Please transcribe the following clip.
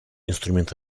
инструмент